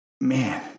man